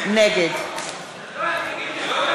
נגד שלי יחימוביץ,